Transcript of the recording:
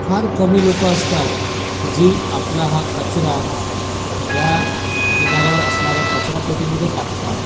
फार कमी लोकं असतात जी आपला हा कचरा ह्या किनाऱ्यावर असणाऱ्या कचरापेटीमध्ये टाकतात